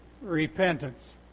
repentance